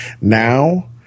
now